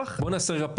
נעשה רגע פאוזה.